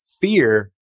Fear